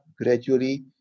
gradually